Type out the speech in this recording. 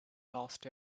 last